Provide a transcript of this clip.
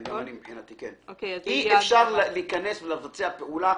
אי אפשר לבצע פעולה,